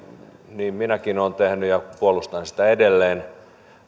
niin minäkin olen tehnyt ja puolustan sitä edelleen